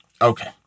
Okay